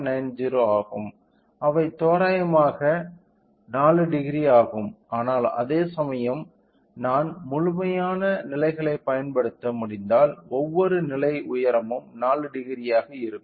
90 ஆகும் அவை தோராயமாக 40 ஆகும் ஆனால் அதேசமயம் நான் முழுமையான நிலைகளைப் பயன்படுத்த முடிந்தால் ஒவ்வொரு நிலை உயரமும் 40 ஆக இருக்கும்